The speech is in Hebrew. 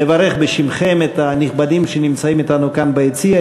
לברך בשמכם את הנכבדים שנמצאים אתנו כאן ביציע,